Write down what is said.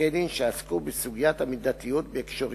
פסקי-דין שעסקו בסוגיית המידתיות בהקשרים